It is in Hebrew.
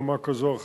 ברמה כזאת או אחרת,